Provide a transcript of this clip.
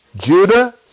Judah